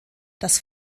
dass